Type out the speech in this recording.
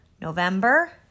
November